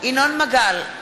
ינון מגל,